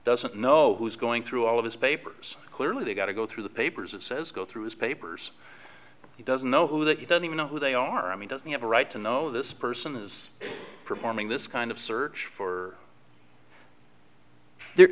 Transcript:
doesn't know who's going through all of his papers clearly they've got to go through the papers it says go through his papers he doesn't know who the you don't even know who they are i mean does he have a right to know this person is performing this kind of search for the